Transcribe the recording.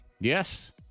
Yes